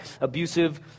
abusive